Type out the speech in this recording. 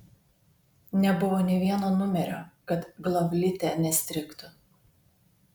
nebuvo nė vieno numerio kad glavlite nestrigtų